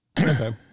Okay